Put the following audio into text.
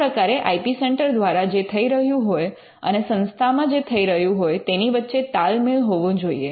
આ પ્રકારે I P centre દ્વારા જે થઇ રહ્યું હોય અને સંસ્થામાં જ થઈ રહ્યું હોય તેની વચ્ચે તાલમેલ હોવો જોઈએ